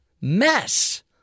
mess